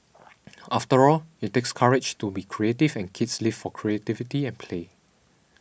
after all it takes courage to be creative and kids live for creativity and play